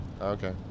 Okay